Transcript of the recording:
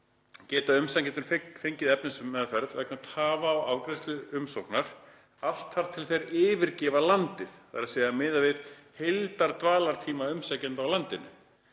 geta umsækjendur fengið efnismeðferð vegna tafa á afgreiðslu umsóknar allt þar til þeir yfirgefa landið, það er miðað við heildardvalartíma umsækjenda á landinu,